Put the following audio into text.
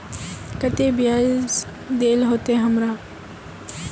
केते बियाज देल होते हमरा?